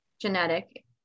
genetic